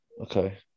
Okay